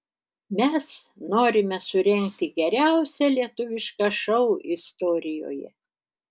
mes norime surengti geriausią lietuvišką šou istorijoje